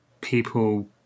people